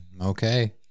Okay